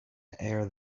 air